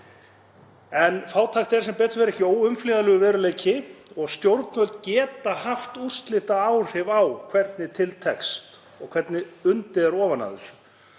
En fátækt er sem betur fer ekki óumflýjanlegur veruleiki og stjórnvöld geta haft úrslitaáhrif á hvernig til tekst og hvernig undið er ofan af þessu.